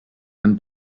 and